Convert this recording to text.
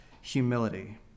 humility